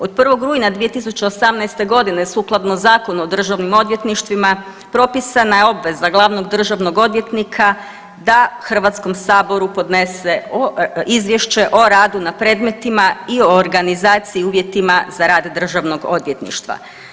Od 1. rujna 2018. godine sukladno Zakonu o državnim odvjetništvima propisana je obveza glavnog državnog odvjetnika da Hrvatskom saboru podnese izvješće o radu na predmetima i o organizaciji i uvjetima za rad državnog odvjetništva.